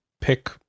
pick